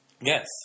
Yes